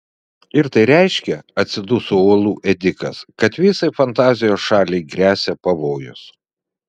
ir tai reiškia atsiduso uolų ėdikas kad visai fantazijos šaliai gresia pavojus